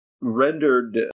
rendered